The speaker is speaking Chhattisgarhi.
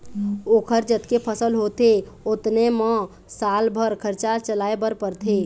ओखर जतके फसल होथे ओतने म साल भर खरचा चलाए बर परथे